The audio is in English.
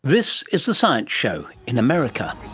this is the science show, in america.